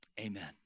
Amen